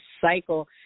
cycle